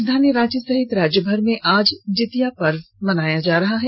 राजधानी रांची सहित राज्यभर में आज जीतिया पर्व मनाया जा रहा है